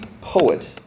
poet